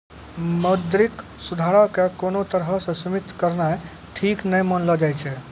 मौद्रिक सुधारो के कोनो तरहो से सीमित करनाय ठीक नै मानलो जाय छै